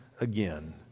again